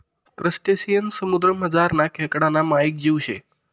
crustacean समुद्रमझारना खेकडाना मायेक जीव शे